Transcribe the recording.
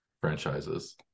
franchises